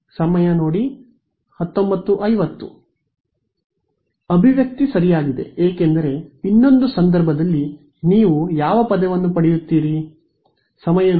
ಅಭಿವ್ಯಕ್ತಿ ಸರಿಯಾಗಿದೆ ಏಕೆಂದರೆ ಇನ್ನೊಂದು ಸಂದರ್ಭದಲ್ಲಿ ನೀವು ಯಾವ ಪದವನ್ನು ಪಡೆಯುತ್ತೀರಿ